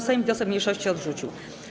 Sejm wniosek mniejszości odrzucił.